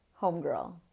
Homegirl